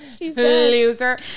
Loser